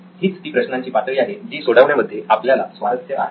हीच ती प्रश्नांची पातळी आहे जी सोडवण्यामध्ये आपल्याला स्वारस्य आहे